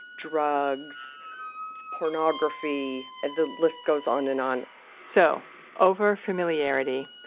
drugs pornography, the list goes on and on so overfamiliarity.